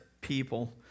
people